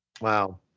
Wow